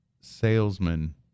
salesman